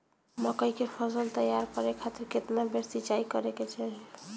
मकई के फसल तैयार करे खातीर केतना बेर सिचाई करे के चाही?